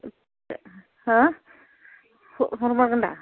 हा हरमारगोन दा